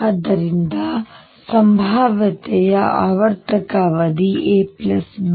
ಆದ್ದರಿಂದ ಸಂಭಾವ್ಯತೆಯ ಆವರ್ತಕ ಅವಧಿ a b